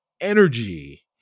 energy